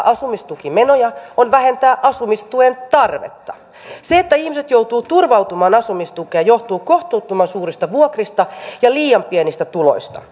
asumistukimenoja on vähentää asumistuen tarvetta se että ihmiset joutuvat turvautumaan asumistukeen johtuu kohtuuttoman suurista vuokrista ja liian pienistä tuloista